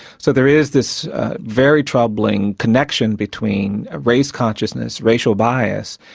so there is this very troubling connection between race consciousness, racial bias,